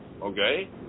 okay